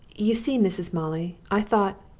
you see, mrs. molly, i thought,